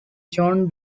john